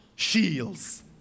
shields